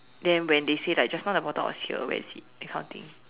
then when they say like just now the bottle was here where is it that kind of thing